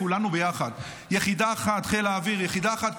כולנו ביחד יחידה אחת, חיל האוויר יחידה אחת.